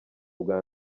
bwa